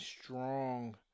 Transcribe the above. strong